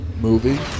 Movie